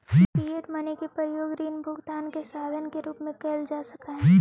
fiat money के प्रयोग ऋण भुगतान के साधन के रूप में कईल जा सकऽ हई